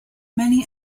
many